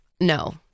No